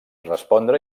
respondre